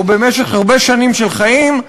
או במשך הרבה שנים של חיים,